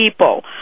people